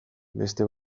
beste